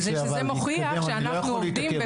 שזה מוכיח שאנחנו עובדים בכולם.